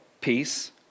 peace